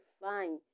fine